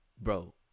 bro